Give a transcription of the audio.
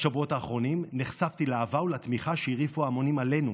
בשבועות האחרונים נחשפתי לאהבה ולתמיכה שהרעיפו ההמונים עלינו,